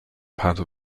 parish